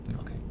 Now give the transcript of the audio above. Okay